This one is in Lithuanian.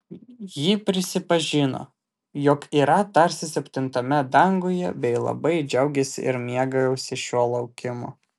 ji prisipažino jog yra tarsi septintame danguje bei labai džiaugiasi ir mėgaujasi šiuo laukimu